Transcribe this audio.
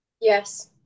Yes